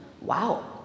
Wow